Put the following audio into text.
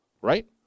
Right